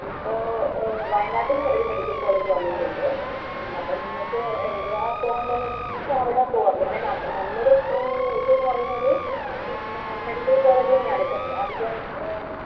ഇപ്പോൾ വയനാട്ടിലും ഒരു മെഡിക്കൽ കോളേജ് വന്നിട്ടുണ്ട് പിന്നെ അപ്പോൾ നിങ്ങൾക്ക് എവിടെയാണ് പോവേണ്ടതെന്ന് വെച്ചാൽ അവിടെ പോവാം പിന്നെ ന നല്ലൊരു ഇതെന്ന് പറയുന്നത് പിന്നെ മെഡിക്കൽ കോളേജ് തന്നെയാണ് ഇപ്പം അധികം